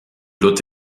lot